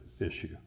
issue